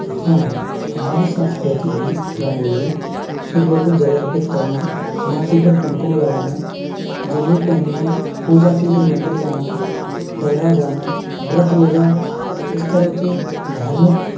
हाँ हमारी संस्कृति में रंगोली सूर्य को जल अर्पित करना माथे पर कुमकुम लगाना जनेऊ पहनना पूजा के लिए मंदिर जाना दरगाह जाना व्रत रोज़ा इस तरह के धार्मिक